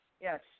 yes